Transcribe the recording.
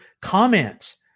comments